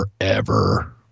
forever